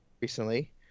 recently